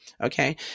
Okay